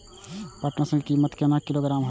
पटसन की कीमत केना किलोग्राम हय?